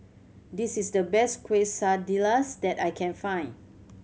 this is the best Quesadillas that I can find